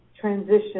transition